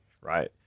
right